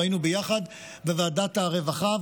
אנחנו היינו ביחד בוועדת הרווחה.